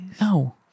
no